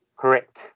correct